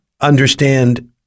understand